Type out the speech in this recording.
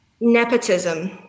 Nepotism